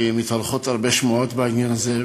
כי מתהלכות הרבה שמועות בעניין הזה,